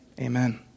amen